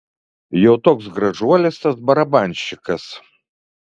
jau toks gražuolis tas barabanščikas